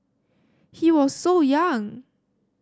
he was so young